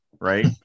right